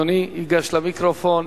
זאב בילסקי,